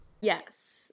Yes